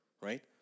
Right